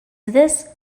this